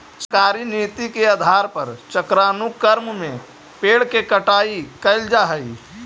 सरकारी नीति के आधार पर चक्रानुक्रम में पेड़ के कटाई कैल जा हई